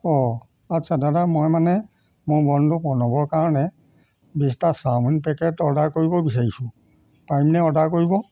অঁ আচ্ছা দাদা মই মানে মোৰ বন্ধু প্ৰণৱৰ কাৰণে বিছটা চাওমিন পেকেট অৰ্ডাৰ কৰিব বিচাৰিছোঁ পাৰিম নে অৰ্ডাৰ কৰিব